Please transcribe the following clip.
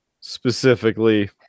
specifically